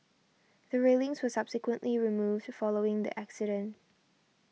the railings were subsequently removed to following the accident